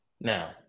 Now